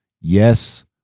Yes